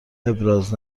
ابراز